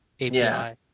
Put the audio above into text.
api